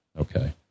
Okay